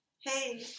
Hey